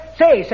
say